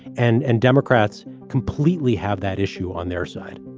and and democrats completely have that issue on their side